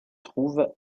trouve